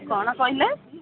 କ'ଣ କହିଲେ